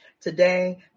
Today